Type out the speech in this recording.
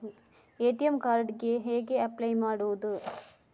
ATM card ಗೆ ಹೇಗೆ apply ಮಾಡುವುದು?